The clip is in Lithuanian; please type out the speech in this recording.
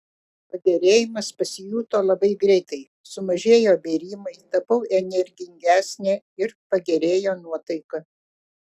pagerėjimas pasijuto labai greitai sumažėjo bėrimai tapau energingesnė ir pagerėjo nuotaika